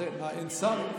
אין שר.